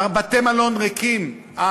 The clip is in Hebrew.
בתי-המלון ריקים,